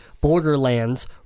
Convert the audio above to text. Borderlands